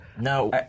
No